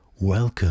Welcome